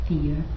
Fear